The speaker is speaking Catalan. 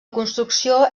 construcció